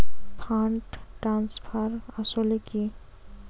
Fund transfer আসলে কী?